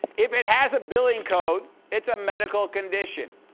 if it has a billing code, it's a medical condition.